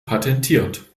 patentiert